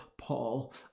Paul